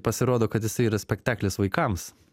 pasirodo kad jisai yra spektaklis vaikams